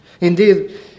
indeed